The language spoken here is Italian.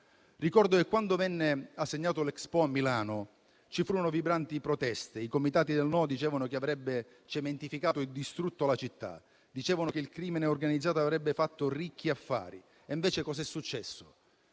Ricordo che, quando venne assegnata l'Expo a Milano, ci furono vibranti proteste. I comitati del no dicevano che avrebbe cementificato e distrutto la città; dicevano che il crimine organizzato avrebbe fatto ricchi affari e invece cos'è successo?